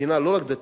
מבחינה לא רק דתית,